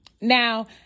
now